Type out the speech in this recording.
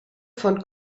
von